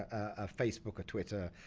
ah facebook, twitter,